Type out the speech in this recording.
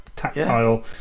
tactile